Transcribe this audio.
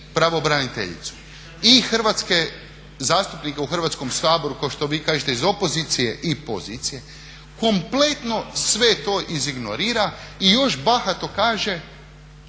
pravobraniteljicu i zastupnike u Hrvatskom saboru, kao što vi kažete iz opozicije i pozicije. Kompletno sve to izignorira i još bahato kaže